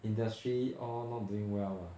industry all not doing well ah